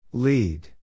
Lead